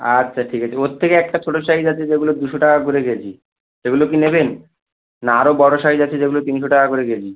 আচ্ছা ঠিক আছে ওর থেকে একটা ছোটো সাইজ আছে যেগুলো দুশো টাকা করে কেজি সেগুলো কি নেবেন না আরও বড়ো সাইজ আছে যেগুলো তিনশো টাকা করে কেজি